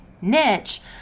niche